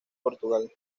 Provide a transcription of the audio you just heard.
portugal